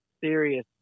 serious